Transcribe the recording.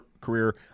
Career